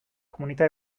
comunità